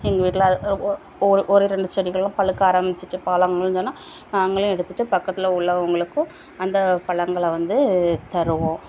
எங்கள் வீட்டில் அது ஒ ஒ ஒரு ஒரு ரெண்டு செடிகளாம் பழுக்க ஆரம்பிச்சுட்டு பழங்கள்னு சொன்னால் நாங்களும் எடுத்துகிட்டு பக்கத்திலே உள்ளவர்களுக்கும் அந்த பழங்கள வந்து தருவோம்